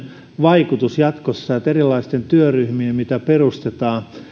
vaikutus jatkossa että erilaisten työryhmien mitä perustetaan